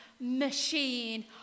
machine